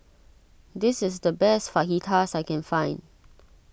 this is the best Fajitas I can find